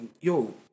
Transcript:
yo